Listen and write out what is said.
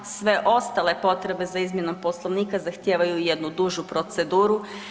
Sve ostale potrebe za izmjenom Poslovnika zahtijevaju i jednu dužu proceduru.